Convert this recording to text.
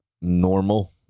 normal